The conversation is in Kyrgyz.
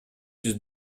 жүз